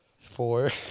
Four